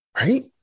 right